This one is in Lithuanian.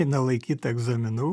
eina laikyt egzaminų